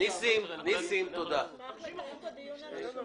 מעבירה אותו לאתרי הקצה,